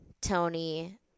Tony